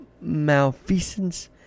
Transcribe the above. malfeasance